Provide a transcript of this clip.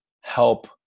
help